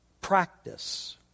practice